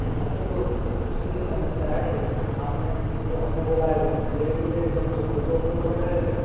हाँ तो वो उसी की समस्या है आपने जो हमने बोला है वो तुम ले ही नहीं रहे तुम तो खुद डॉक्टर बन रहे हो